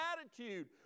attitude